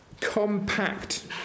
compact